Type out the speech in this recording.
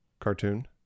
cartoon